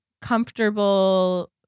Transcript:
comfortable